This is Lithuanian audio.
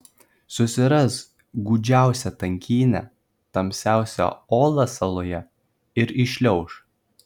susiras gūdžiausią tankynę tamsiausią olą saloje ir įšliauš